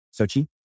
Sochi